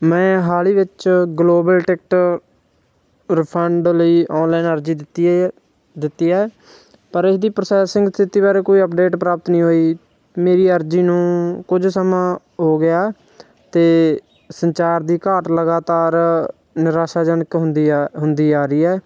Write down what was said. ਮੈਂ ਹਾਲ ਹੀ ਵਿੱਚ ਗਲੋਬਲ ਟਿਕਟ ਰਿਫੰਡ ਲਈ ਆਨਲਾਈਨ ਅਰਜ਼ੀ ਦਿੱਤੀ ਗਈ ਹੈ ਦਿੱਤੀ ਹੈ ਪਰ ਇਸ ਦੀ ਪ੍ਰੋਸੈਸਿੰਗ ਸਥਿਤੀ ਬਾਰੇ ਕੋਈ ਅਪਡੇਟ ਪ੍ਰਾਪਤ ਨਹੀਂ ਹੋਈ ਮੇਰੀ ਅਰਜ਼ੀ ਨੂੰ ਕੁਝ ਸਮਾਂ ਹੋ ਗਿਆ ਅਤੇ ਸੰਚਾਰ ਦੀ ਘਾਟ ਲਗਾਤਾਰ ਨਿਰਾਸ਼ਾਜਨਕ ਹੁੰਦੀ ਆ ਹੁੰਦੀ ਆ ਰਹੀ ਹੈ